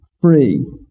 free